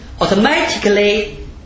automatically